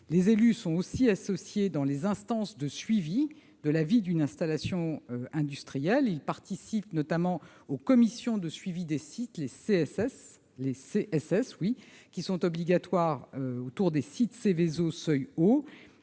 Les élus sont aussi associés dans les instances de suivi de la vie d'une installation industrielle ; ils participent notamment aux commissions de suivi de site (CSS), qui sont obligatoires autour des sites Seveso seuil